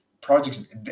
projects